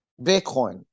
Bitcoin